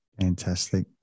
Fantastic